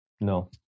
No